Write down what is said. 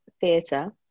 theatre